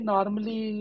Normally